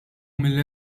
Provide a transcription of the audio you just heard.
mill